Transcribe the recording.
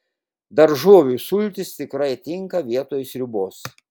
daržovių sultys tikrai tinka vietoj sriubos